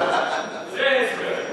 זה ההסבר.